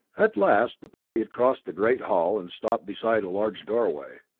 at last the party had crossed the great hall, and stopped beside a large doorway.